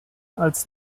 als